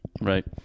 Right